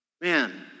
Man